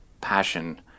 passion